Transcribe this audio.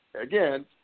Again